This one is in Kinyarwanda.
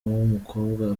w’umukobwa